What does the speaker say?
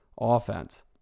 offense